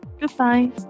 Goodbye